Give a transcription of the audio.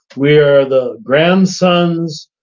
we are the grandsons,